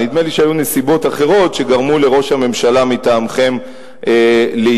נדמה לי שהיו נסיבות אחרות שגרמו לראש הממשלה מטעמכם להתפטר.